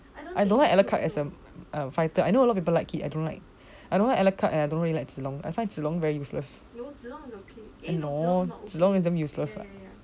I don't know why I don't like alucard as a fighter I know a lot people like him I don't like I don't like alucard eh I really don't like I find zilong very useless zilong is so useless lah